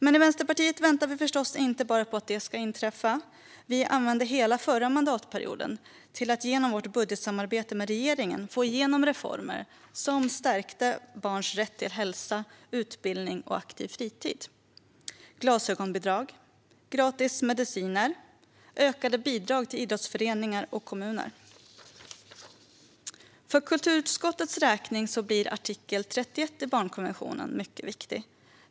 Men i Vänsterpartiet väntar vi förstås inte bara på att det ska inträffa. Vi använde hela förra mandatperioden till att genom vårt budgetsamarbete med regeringen få igenom reformer som stärkte barns rätt till hälsa, utbildning och aktiv fritid. Det handlar om glasögonbidrag, gratis mediciner och ökade bidrag till idrottsföreningar och kommuner. För kulturutskottets räkning blir artikel 31 i barnkonventionen mycket viktig.